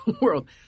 world